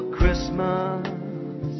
Christmas